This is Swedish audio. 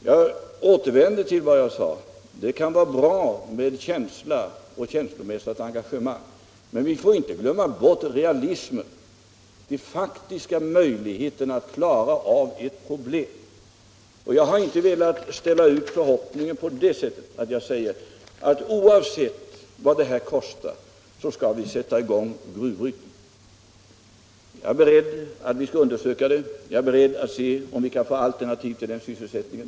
Jag sade tidigare att det kan vara bra med känsla och med ett känslomässigt engagemang, men vi får inte glömma bort realismen, de faktiska möjligheterna att lösa ett problem. Jag har inte velat inge förhoppningar genom att säga att oavsett vad det kostar, så skall vi sätta i gång gruvbrytningen. Jag är beredd att undersöka möjligheterna för en gruvbrytning och även till alternativa sysselsättningar.